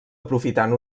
aprofitant